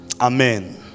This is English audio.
Amen